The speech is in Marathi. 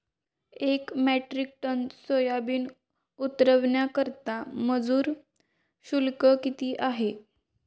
एक मेट्रिक टन सोयाबीन उतरवण्याकरता मजूर शुल्क किती आहे?